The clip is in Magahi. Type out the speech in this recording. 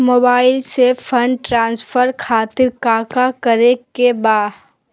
मोबाइल से फंड ट्रांसफर खातिर काका करे के बा?